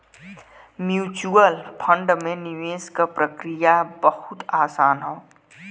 mutual fund में निवेश क प्रक्रिया बहुत आसान हौ